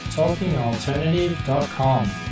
talkingalternative.com